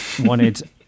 wanted